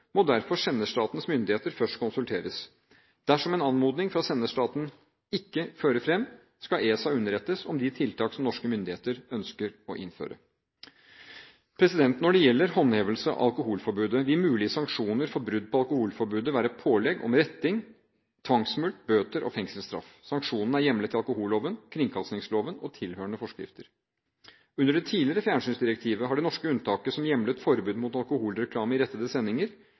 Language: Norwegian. må derfor senderstatens myndigheter først konsulteres. Dersom en anmodning fra senderstaten ikke fører fram, skal ESA underrettes om de tiltak som norske myndigheter ønsker å innføre. Når det gjelder håndhevelse av alkoholforbudet, vil mulige sanksjoner for brudd på alkoholforbudet være pålegg om retting, tvangsmulkt, bøter og fengselsstraff. Sanksjonene er hjemlet i alkoholloven, kringkastingsloven og tilhørende forskrifter. Under det tidligere fjernsynsdirektivet har det norske unntaket, som hjemlet forbud mot alkoholreklame i rettede sendinger,